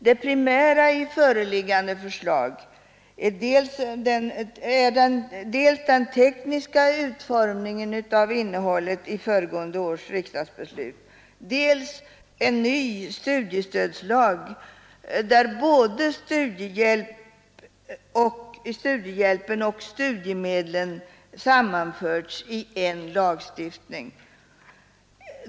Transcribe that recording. Det primära i föreliggande förslag är dels den tekniska utformningen av innehållet i föregående års beslut, dels en ny studiestödslag där både studiehjälpen och studiemedlen sammanförts i en lagstiftning.